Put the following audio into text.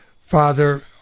Father